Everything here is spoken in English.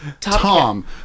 Tom